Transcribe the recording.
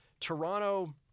Toronto